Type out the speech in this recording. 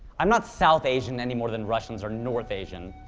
i'm not south asian any more than russians are north asian.